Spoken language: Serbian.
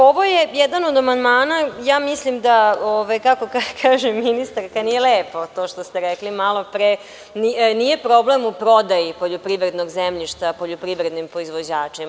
Ovo je jedan od amandmana, ja mislim, kako kaže ministarka, nije lepo to što se rekli malopre, nije problem u prodaji poljoprivrednog zemljišta poljoprivrednim proizvođačima.